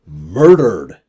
murdered